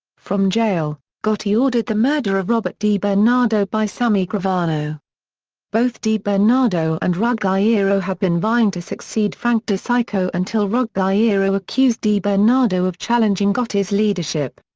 from jail, gotti ordered the murder of robert dibernardo by sammy gravano both dibernardo and ruggiero had been vying to succeed frank decicco until ruggiero accused dibernardo of challenging gotti's leadership.